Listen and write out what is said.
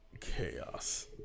chaos